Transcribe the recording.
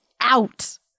out